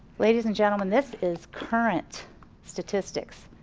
ladies and gentleman this is current statistics.